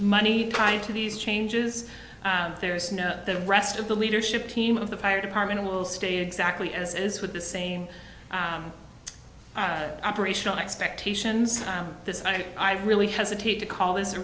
money tied to these changes there is no the rest of the leadership team of the fire department will stay exactly as is with the same operational expectations this i i really hesitate to call this a